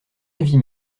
avis